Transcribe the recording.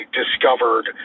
discovered